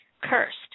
cursed